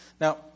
Now